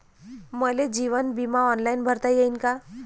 मले जीवन बिमा ऑनलाईन भरता येईन का?